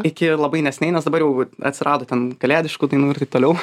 iki labai neseniai nes dabar jau atsirado ten kalėdiškų dainų ir taip toliau